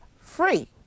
free